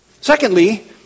Secondly